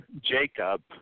Jacob